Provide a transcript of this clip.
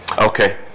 okay